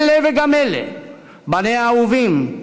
אלה וגם אלה בניה האהובים,